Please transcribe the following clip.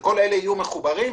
כשל אלה יהיו מחוברים,